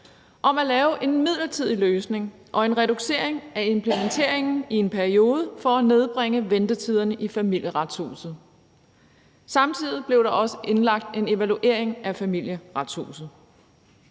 om at lave en midlertidig løsning og en reducering af implementeringen i en periode for at nedbringe ventetiderne i Familieretshuset. Samtidig blev der også indlagt en evaluering af Familieretshuset.